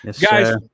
guys